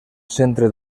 centre